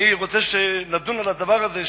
אני רוצה שנדון על הדבר הזה,